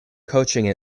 coaching